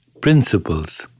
principles